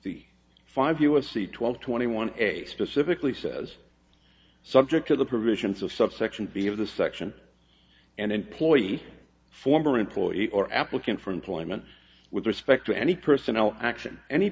the five u s c twelve twenty one a specifically says subject to the provisions of subsection v of the section and employees former employees or applicant for employment with respect to any personnel action any